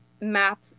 map